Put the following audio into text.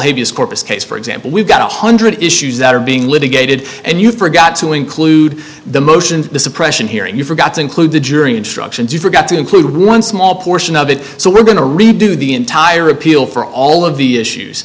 used corpus case for example we've got a one hundred issues that are being litigated and you forgot to include the motions the suppression hearing you forgot to include the jury instructions you forgot to include one small portion of it so we're going to redo the entire appeal for all of the issues